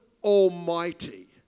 Almighty